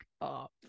up